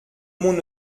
monde